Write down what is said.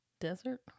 Desert